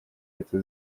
leta